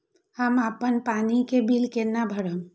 हम अपन पानी के बिल केना भरब?